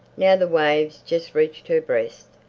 now the waves just reached her breast.